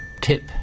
tip